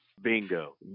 Bingo